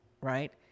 right